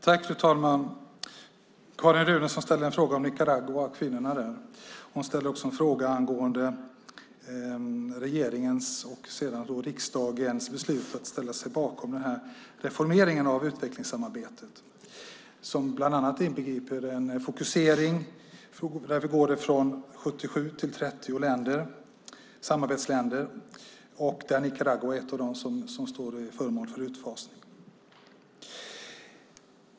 Fru talman! Carin Runeson ställde en fråga om Nicaragua och kvinnorna där. Hon ställde också en fråga om regeringens och riksdagens beslut att reformera utvecklingssamarbetet som bland annat inbegriper en fokusering där vi går från 70 till 33 samarbetsländer. Nicaragua är ett av de länder som är föremål för utfasning.